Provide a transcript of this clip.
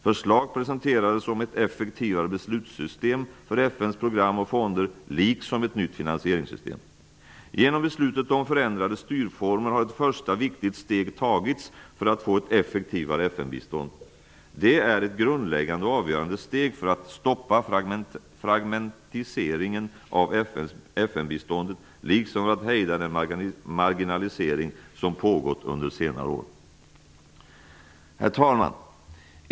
Förslag presenterades om ett effektivare beslutssystem för FN:s program och fonder, liksom om ett nytt finansieringssystem. Genom beslutet om förändrade styrformer har ett första viktigt steg tagits för at få ett effektivare FN-bistånd. Det är ett grundläggande och avgörande steg för att stoppa fragmentiseringen av FN-biståndet liksom för att hejda den marginalisering som pågått under senare år. Herr talman!